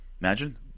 Imagine